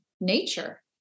nature